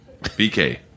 BK